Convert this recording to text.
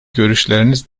görüşleriniz